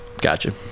gotcha